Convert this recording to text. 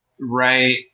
Right